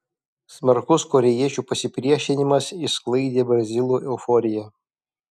smarkus korėjiečių pasipriešinimas išsklaidė brazilų euforiją